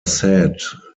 said